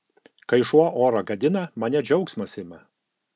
kai šuo orą gadina mane džiaugsmas ima